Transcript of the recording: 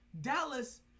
Dallas